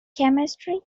chemistry